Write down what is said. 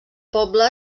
poble